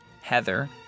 Heather